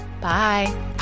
Bye